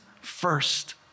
first